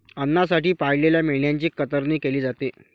अन्नासाठी पाळलेल्या मेंढ्यांची कतरणी केली जाते